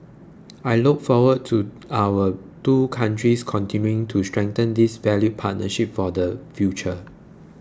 I look forward to our two countries continuing to strengthen this valued partnership for the future